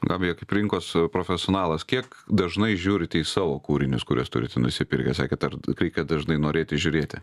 gabija kaip rinkos profesionalas kiek dažnai žiūrite į savo kūrinius kuriuos turite nusipirkę sakėt dar reikia dažnai norėti žiūrėti